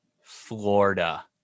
Florida